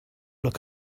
look